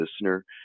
listener